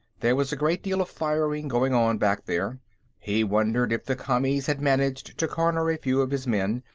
there was a great deal of firing going on, back there he wondered if the commies had managed to corner a few of his men,